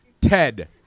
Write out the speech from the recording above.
Ted